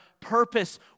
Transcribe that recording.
purpose